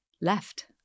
left